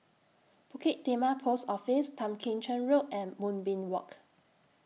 Bukit Timah Post Office Tan Kim Cheng Road and Moonbeam Walk